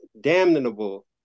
damnable